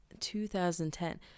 2010